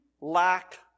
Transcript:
lack